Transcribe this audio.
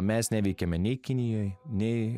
mes neveikiame nei kinijoj nei